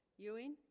ewing